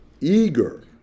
eager